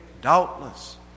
doubtless